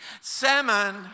Salmon